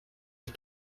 ich